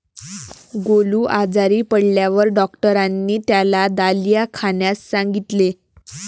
गोलू आजारी पडल्यावर डॉक्टरांनी त्याला दलिया खाण्यास सांगितले